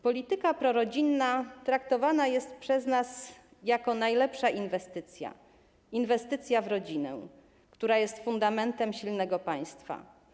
Polityka prorodzinna traktowana jest przez nas jako najlepsza inwestycja - inwestycja w rodzinę, która jest fundamentem silnego państwa.